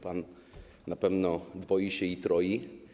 Pan na pewno dwoi się i troi.